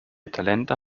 talente